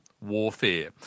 warfare